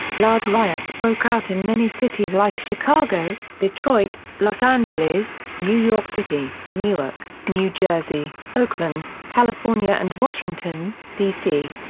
large riots broke out in many cities like chicago, detroit, los angeles, new york city, newark, new jersey, oakland, california and washington, d c.